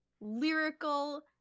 lyrical